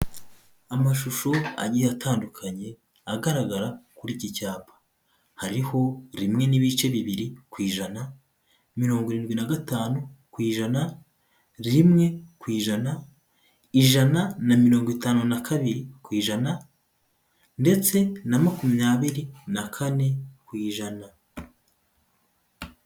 Amashusho agiye atandukanye agaragara kuri iki cyapa. Hariho rimwe n'ibice bibiri ku ijana, mirongo irindwi na gatanu ku ijana, rimwe ku ijana, ijana na mirongo itanu na kabiri ku ijana ndetse na makumyabiri na kane ku ijana.